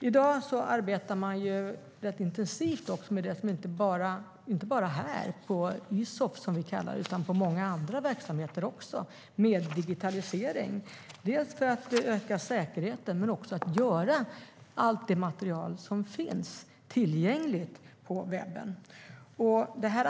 I dag arbetar man intensivt - inte bara på Isof, utan det gör man också på många andra verksamheter - med digitalisering, dels för att öka säkerheten, dels för att göra allt material tillgängligt på webben.